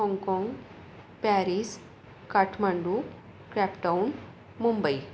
हाँगकाँग Paris Kathmandu Cape Town Mumbai